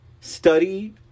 study